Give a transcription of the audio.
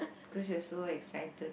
because you are so exited